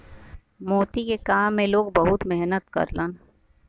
मोती के काम में लोग बहुत मेहनत करलन